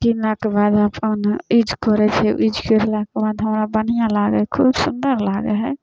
किनलाके बाद अपन यूज करै छिए यूज कएलाके बाद हमरा बढ़िआँ लागै हइ खूब सुन्दर लागै हइ